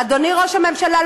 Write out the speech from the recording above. אדוני ראש הממשלה,